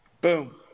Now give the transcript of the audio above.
Boom